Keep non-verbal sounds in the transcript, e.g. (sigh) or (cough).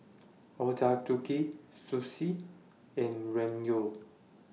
Ochazuke (unintelligible) Sushi and Ramyeon